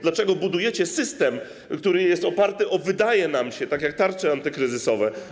Dlaczego budujecie system, który jest oparty na „wydaje nam się”, tak jak tarcze antykryzysowe?